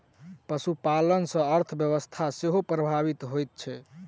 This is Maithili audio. पशुपालन सॅ अर्थव्यवस्था सेहो प्रभावित होइत छै